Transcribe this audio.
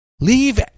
Leave